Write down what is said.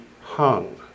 hung